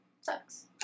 Sucks